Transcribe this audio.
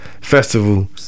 Festival